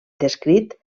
descrit